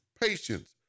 patience